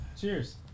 Cheers